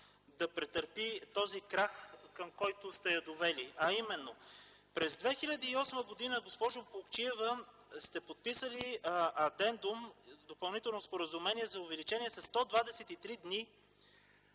да претърпи този крах, към който сте я довели, а именно: през 2008 г., госпожо Плугчиева, сте подписали адендум – допълнително споразумение, за увеличение със 123 дни